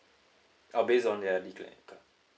uh based on their declared income